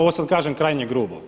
Evo sada kažem krajnje grubo.